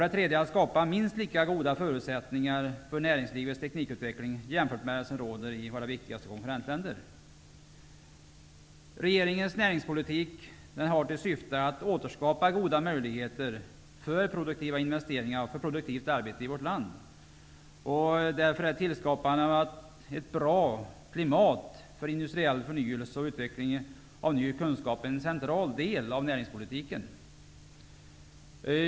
Den tredje är att skapa minst lika goda förutsättningar för näringslivets teknikutveckling som de som råder i våra viktigaste konkurrentländer. Regeringens näringspolitik har till syfte att återskapa goda möjligheter för produktiva investeringar och för produktivt arbete i vårt land. Därför är tillskapandet av ett bra klimat för industriell förnyelse och utveckling av ny kunskap en central del av näringspolitiken.